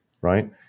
right